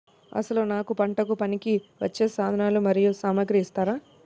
అసలు నాకు పంటకు పనికివచ్చే సాధనాలు మరియు సామగ్రిని ఇస్తారా?